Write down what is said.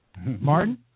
Martin